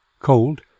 cold